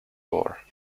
war